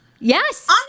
Yes